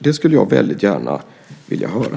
Det skulle jag väldigt gärna vilja höra.